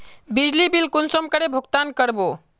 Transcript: बिजली बिल कुंसम करे भुगतान कर बो?